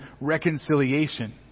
reconciliation